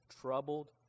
troubled